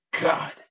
God